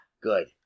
good